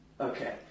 Okay